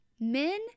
men